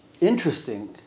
interesting